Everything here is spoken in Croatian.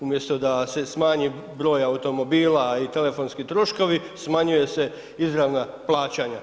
Umjesto da se smanji broj automobila i telefonski troškovi, smanjuje se izravna plaćanja.